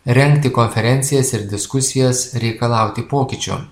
rengti konferencijas ir diskusijas reikalauti pokyčio